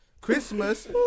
Christmas